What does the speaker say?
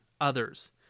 others